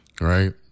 Right